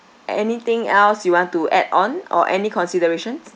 anything else you want to add on or any considerations